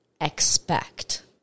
expect